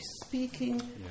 Speaking